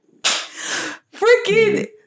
Freaking